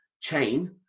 chain